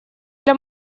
для